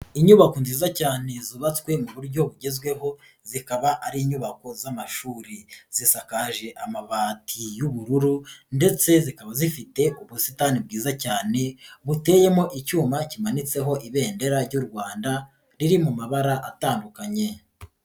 Inyubako nziza cyane zubatswe mu buryo bugezweho, zikaba ari inyubako z'amashuri. Zisakaje amabati y'ubururu ndetse zikaba zifite ubusitani bwiza cyane, buteyemo icyuma kimanitseho ibendera ry'u Rwanda, riri mu mabara atandukanye.